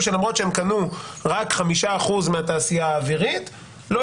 שלמרות שהם קנו רק 5% מהתעשייה האווירית לא